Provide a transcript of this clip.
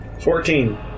Fourteen